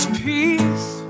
peace